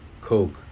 Coke